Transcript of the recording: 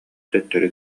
төттөрү